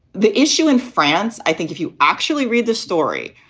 the issue in france, i think if you actually read the story,